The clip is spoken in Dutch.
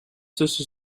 tussen